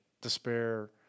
despair